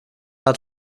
hat